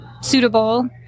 suitable